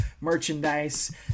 merchandise